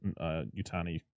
Utani